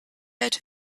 had